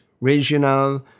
regional